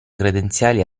credenziali